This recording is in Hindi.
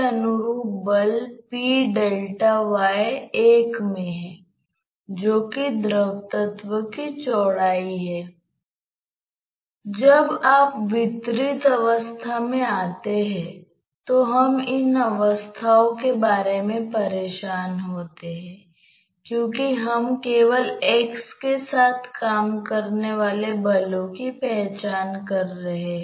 मान लीजिए कि यह एक समान वेग है जिसके साथ यह प्रवेश करता है हम इसे v0 कहते हैं